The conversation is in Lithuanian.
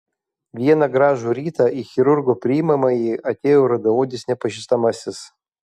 vieną gražų rytą į chirurgo priimamąjį atėjo rudaodis nepažįstamasis